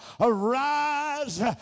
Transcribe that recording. Arise